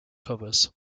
covers